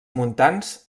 montans